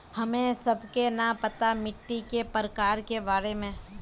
हमें सबके न पता मिट्टी के प्रकार के बारे में?